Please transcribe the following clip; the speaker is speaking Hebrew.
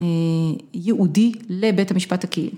יהודי לבית המשפט הקהי...